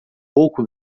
pouco